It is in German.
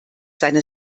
seine